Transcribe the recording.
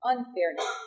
unfairness